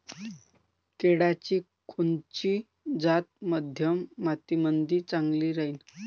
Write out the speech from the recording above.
केळाची कोनची जात मध्यम मातीमंदी चांगली राहिन?